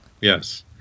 Yes